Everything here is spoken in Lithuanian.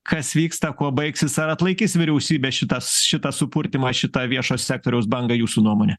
kas vyksta kuo baigsis ar atlaikys vyriausybė šitas šitą supurtymą šitą viešo sektoriaus bangą jūsų nuomone